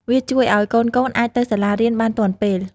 វាជួយឲ្យ កូនៗអាចទៅសាលារៀនបានទាន់ពេល។